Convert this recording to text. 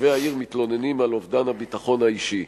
תושבי העיר מתלוננים על אובדן הביטחון האישי.